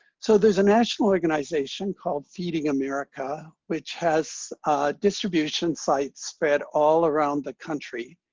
so there is a national organization called feeding america, which has distribution sites spread all around the country.